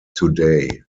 today